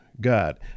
God